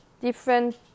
different